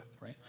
right